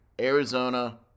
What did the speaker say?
Arizona